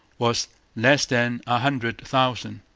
was less than a hundred thousand.